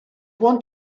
want